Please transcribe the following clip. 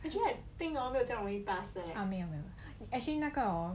actually 那个 hor